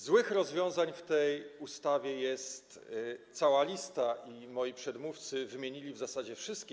Złych rozwiązań w tej ustawie jest cała lista i moi przedmówcy wymienili w zasadzie wszystkie.